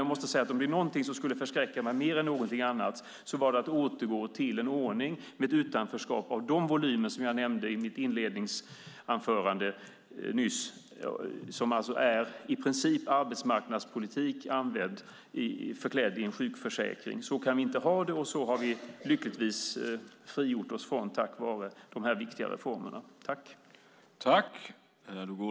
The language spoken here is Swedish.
Jag måste säga att om det är någonting som skulle förskräcka mig mer än någonting annat så är det att återgå till en ordning med ett utanförskap av den volym som jag nämnde tidigare och som i princip är arbetsmarknadspolitik förklädd i en sjukförsäkring. Så kan vi inte ha det, och vi har lyckligtvis frigjort oss från det tack vare dessa viktiga reformer.